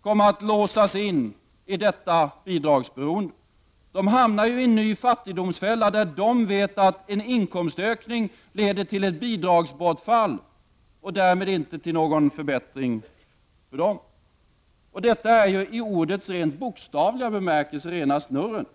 kommer att låsas in i detta bidragsberoende. De hamnar i en ny fattigdomsfälla, där de vet att en inkomstökning leder till ett bidragsbortfall och därmed inte till någon förbättring. Detta är, i ordets bokstavliga bemärkelse, rena snurren.